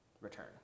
return